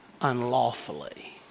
unlawfully